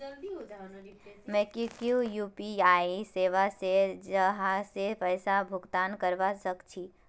MobiKwik UPI सेवा छे जहासे पैसा भुगतान करवा सक छी